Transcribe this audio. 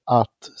att